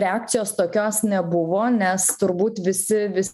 reakcijos tokios nebuvo nes turbūt visi vis